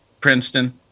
princeton